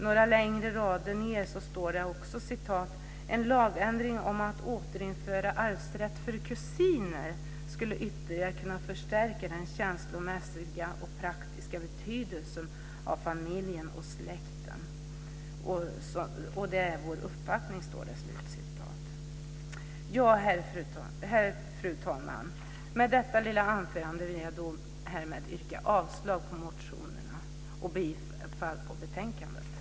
Några rader längre ned står det: "En lagändring om att återinföra arvsrätt för kusiner skulle ytterligare kunna förstärka den känslomässiga och praktiska betydelse som familjen och släkten enligt vår uppfattning bör ha." Fru talman! Med detta lilla anförande vill jag yrka avslag på motionerna och bifall till utskottets hemställan.